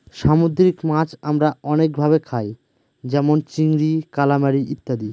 সামুদ্রিক মাছ আমরা অনেক ভাবে খায় যেমন চিংড়ি, কালামারী ইত্যাদি